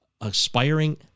aspiring